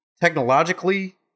technologically